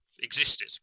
existed